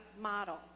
model